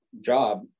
job